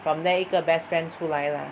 from there 一个 best friend 出来 lah